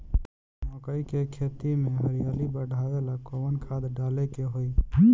मकई के खेती में हरियाली बढ़ावेला कवन खाद डाले के होई?